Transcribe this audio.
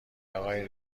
آقای